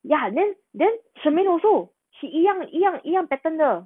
ya then then shermaine also she 一样一样一样 pattern 的